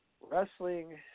wrestling